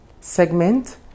segment